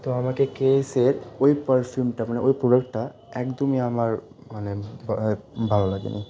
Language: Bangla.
তো আমাকে কেসের ওই পারফিউমটা মানে ওই প্রোডাক্টটা একদমই আমার মানে ভালো লাগেনি